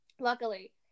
Luckily